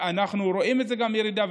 ואנחנו רואים גם ירידה,